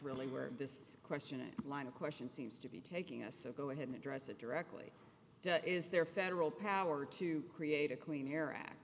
really where this question a line of question seems to be taking us so go ahead and address it directly is there federal power to create a clean air a